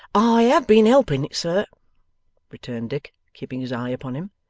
i have been helping, sir returned dick, keeping his eye upon him,